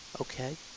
Okay